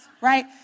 right